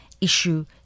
issue